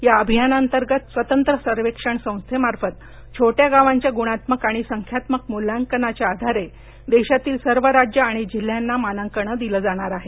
या अभियानांतर्गत स्वतंत्र सर्वेक्षण संस्थेमार्फत छोट्या गावांच्या गुणात्मक आणि संख्यात्मक मूल्यांकनाच्या आधारे देशातील सर्व राज्यं आणि जिल्ह्यांना मानांकन दिलं जाणार आहे